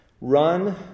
run